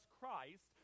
Christ